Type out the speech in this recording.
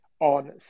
on